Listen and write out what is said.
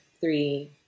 three